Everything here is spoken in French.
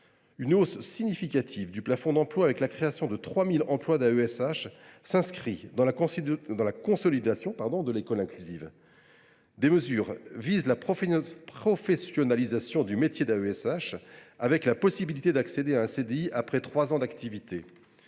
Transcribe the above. une hausse significative du plafond d’emplois, avec la création de 3 000 emplois d’AESH, afin de consolider l’école inclusive. Des mesures visent la professionnalisation du métier d’AESH, avec la possibilité d’accéder à un CDI après trois ans d’activité.